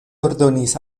ordonis